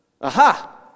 Aha